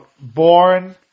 born